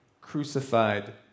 crucified